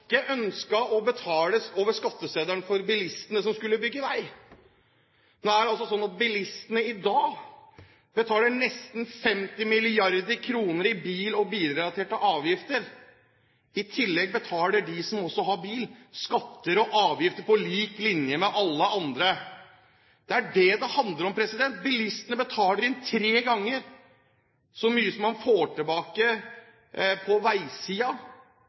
de som også har bil, skatter og avgifter på lik linje med alle andre. Det er det det handler om. Bilistene betaler inn tre ganger så mye som de får tilbake på